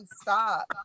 stop